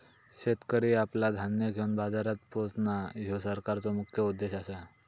शेतकरी आपला धान्य घेवन बाजारात पोचणां, ह्यो सरकारचो मुख्य उद्देश आसा